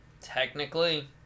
Technically